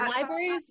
libraries